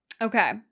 Okay